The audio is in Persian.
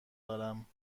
دارم